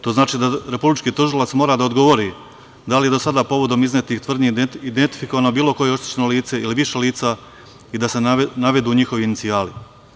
To znači da Republički tužilac mora da odgovori da li je do sada povodom iznetih tvrdnji identifikovano bilo koje oštećeno lice ili više lica i da se navedu njihovi inicijali.